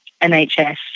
NHS